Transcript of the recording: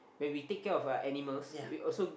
when we take of uh animals we also